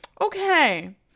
Okay